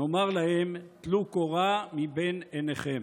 נאמר להם: טלו קורה מבין עיניכם.